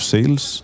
Sales